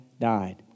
died